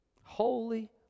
holy